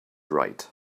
right